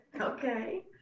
Okay